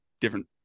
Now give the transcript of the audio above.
different